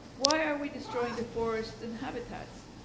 why are we destroying the forests and habitats?